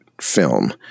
film